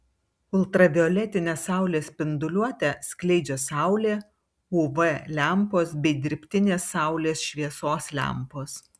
ultravioletinę saulės spinduliuotę skleidžia saulė uv lempos bei dirbtinės saulės šviesos lempos